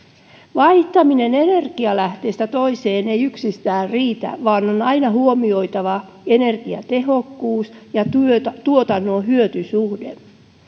vaihtaminen energialähteestä toiseen ei yksistään riitä vaan on aina huomioitava energiatehokkuus ja tuotannon hyötysuhde